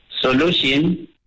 Solution